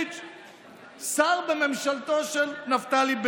יש לנו ראש ממשלה כלכלי,